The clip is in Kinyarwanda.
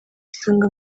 isonga